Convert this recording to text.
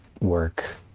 work